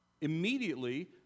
immediately